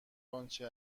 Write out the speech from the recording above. آنچه